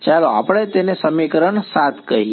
ચાલો આપણે તે સમીકરણને 7 કહીએ